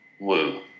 Woo